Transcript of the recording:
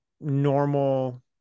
normal